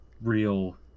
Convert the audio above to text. real